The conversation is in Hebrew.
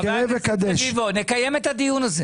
כן,